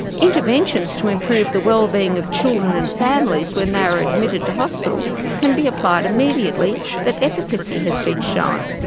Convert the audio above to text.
interventions to improve the wellbeing of children and families when they are admitted to hospital can be applied immediately that efficacy has been shown.